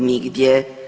Nigdje.